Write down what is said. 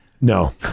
No